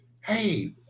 hey